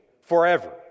forever